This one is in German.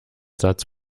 satz